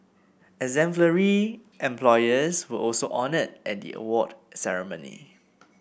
exemplary employers were also honoured at the award ceremony